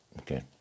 Okay